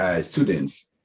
students